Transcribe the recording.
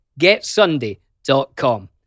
getsunday.com